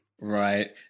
Right